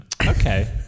Okay